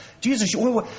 Jesus